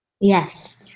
Yes